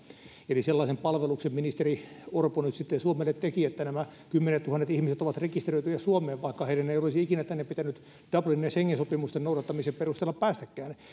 eli sellaisen palveluksen ministeri orpo nyt sitten suomelle teki että nämä kymmenettuhannet ihmiset ovat rekisteröityjä suomeen vaikka heidän ei olisi ikinä tänne pitänyt dublinin ja schengen sopimusten noudattamisen perusteella päästäkään